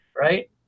right